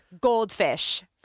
goldfish